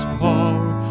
power